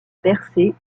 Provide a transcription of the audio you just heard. percer